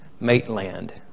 Maitland